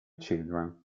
children